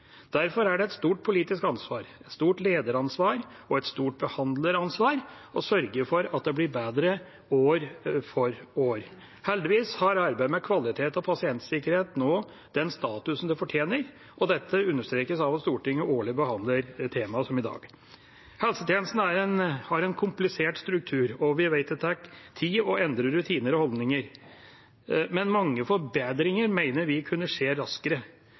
Derfor er det et stort politisk ansvar, et stort lederansvar og et stort behandleransvar å sørge for at det blir bedre år for år. Heldigvis har arbeidet med kvalitet og pasientsikkerhet nå den statusen det fortjener, og dette understrekes av at Stortinget årlig behandler temaet – som i dag. Helsetjenesten har en komplisert struktur, og vi vet det tar tid å endre rutiner og holdninger, men mange forbedringer mener vi kunne skje raskere.